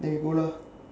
then we go lah